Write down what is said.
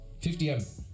50M